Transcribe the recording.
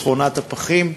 שכונת-הפחים,